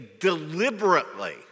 deliberately